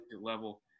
level